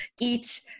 eat